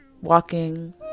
walking